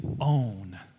own